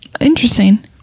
Interesting